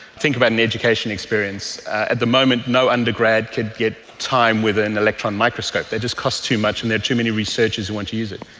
think about an education experience. at the moment no undergrad could get time with an electron microscope, it just costs too much and there are too many researchers who want to use it.